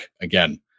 again